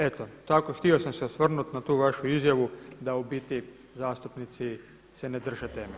Eto tako, htio sam se osvrnuti na tu vašu izjavu da u biti zastupnici se ne drže teme.